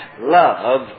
love